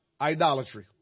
idolatry